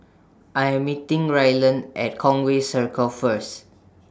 I Am meeting Rylan At Conway Circle First